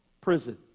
prison